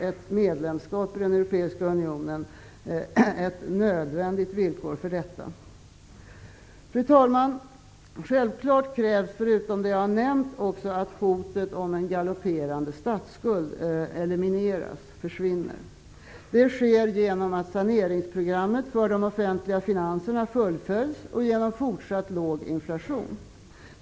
Ett medlemskap i den europeiska unionen är ett nödvändigt villkor för detta. Fru talman! Förutom det jag har nämnt krävs självklart också att hotet om en galopperande statsskuld elimineras, försvinner. Det sker genom att saneringsprogrammet för de offentliga finanserna fullföljs och genom fortsatt låg inflation.